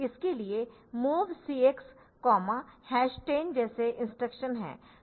इसके लिए MOV CX 10 जैसे इंस्ट्रक्शन है